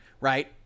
Right